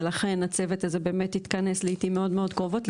ולכן הצוות הזה באמת התכנס לעיתים מאוד מאוד קרובות.